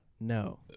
No